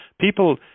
people